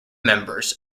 members